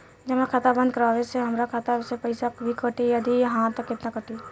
जमा खाता बंद करवावे मे हमरा खाता से पईसा भी कटी यदि हा त केतना कटी?